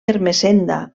ermessenda